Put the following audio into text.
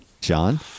John